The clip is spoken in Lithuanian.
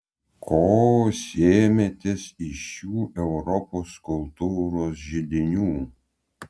ko sėmėtės iš šių europos kultūros židinių